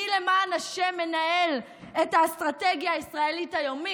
מנהל את האסטרטגיה הישראלית היום?